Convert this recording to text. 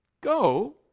go